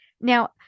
Now